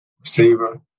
receiver